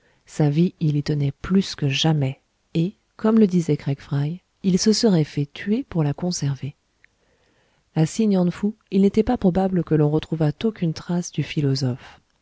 sa vie il y tenait plus que jamais et comme le disaient craig fry il se serait fait tuer pour la conserver a si gnan fou il n'était pas probable que l'on retrouvât aucune trace du philosophe